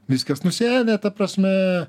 viskas nusenę ta prasme